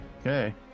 okay